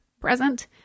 present